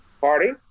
party